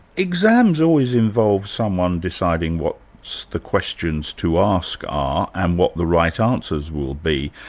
exams always involve someone deciding what the questions to ask are, and what the right answers will be.